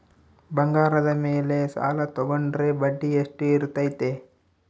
ಬಂಗಾರದ ಮೇಲೆ ಸಾಲ ತೋಗೊಂಡ್ರೆ ಬಡ್ಡಿ ಎಷ್ಟು ಇರ್ತೈತೆ?